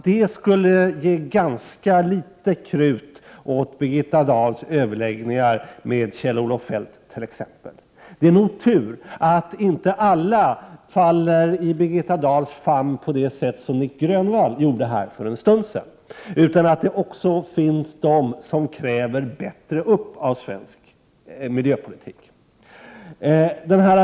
Det skulle ge ganska litet krut åt Birgitta Dahls överläggningar med t.ex. Kjell-Olof Feldt. Det är nog tur att inte alla faller i Birgitta Dahls famn på det sätt som Nic Grönvall gjorde här för en stund sedan utan att det också finns de som kräver mer av svensk miljöpolitik.